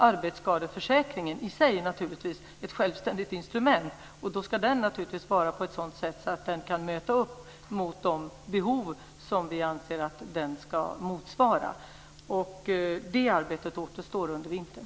Arbetsskadeförsäkringen är i sig ett självständigt instrument. Då ska den vara på ett sådant sätt att den kan möta upp mot de behov som vi anser att den ska motsvara. Det arbetet återstår under vintern.